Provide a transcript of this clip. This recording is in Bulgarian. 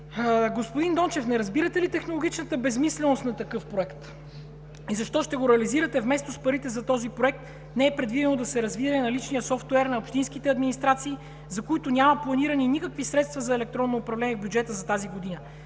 Господин Дончев, не разбирате ли технологичната безсмисленост на такъв проект?! Защо ще го реализирате, вместо с парите за този проект не е предвидено да се развие наличният софтуер на общинските администрации, за които няма планирани никакви средства за електронно управление в бюджета за тази година?